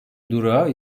durağı